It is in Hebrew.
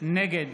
נגד